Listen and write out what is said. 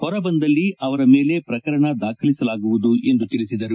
ಹೊರಬಂದಲ್ಲಿ ಅವರ ಮೇಲೆ ಪ್ರಕರಣ ದಾಖಲಿಸಲಾಗುವುದು ಎಂದು ತಿಳಿಸಿದರು